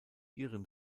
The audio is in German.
ihrem